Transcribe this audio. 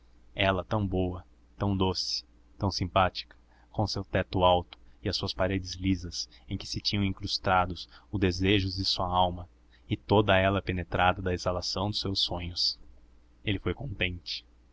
ela tão boa tão doce tão simpática com o seu teto alto e as suas paredes lisas em que se tinham incrustado os desejos de sua alma e toda ela penetrava da exalação dos seus sonhos ele foi contente